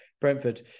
Brentford